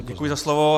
Děkuji za slovo.